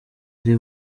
ari